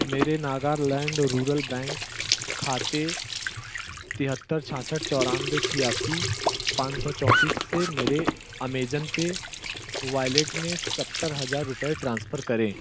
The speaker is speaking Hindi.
मेरे नागालैंड रूरल बैंक खाते तिहत्तर छियासठ चौरानवे छियासी पाँच सौ चौतीस से मेरे अमेज़न पे वॉलेट में सत्तर हज़ार रुपये ट्रांसफ़र करें